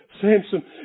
Samson